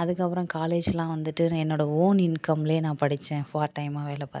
அதுக்கப்புறம் காலேஜெலாம் வந்துட்டு நான் என்னோடய ஓன் இன்க்கமில் நான் படித்தேன் பார்ட் டைமாக வேலை பார்த்து